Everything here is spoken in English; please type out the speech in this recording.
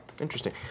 Interesting